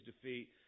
defeat